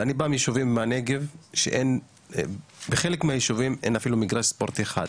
ואני בא מישובים מהנגב שבחלק מהישובים אין אפילו מגרש ספורט אחד,